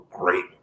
great